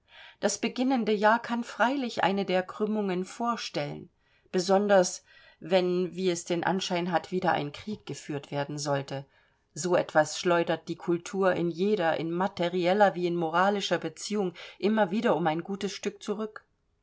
das beginnende jahr kann freilich eine der krümmungen vorstellen besonders wenn wie es den anschein hat wieder ein krieg geführt werden sollte so etwas schleudert die kultur in jeder in materieller wie in moralischer beziehung immer wieder um ein gutes stück zurück